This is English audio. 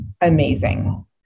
amazing